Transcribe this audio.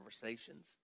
conversations